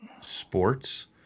sports